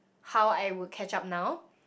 how I would catch up now